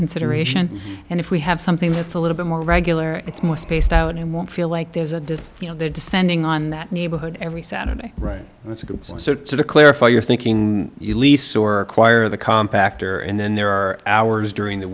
consideration and if we have something that's a little bit more regular it's more spaced out and won't feel like there's a disk descending on that neighborhood every saturday right let's go to the clarify your thinking you lease or acquire the compact or and then there are hours during the